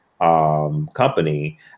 company